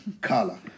color